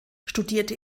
studierte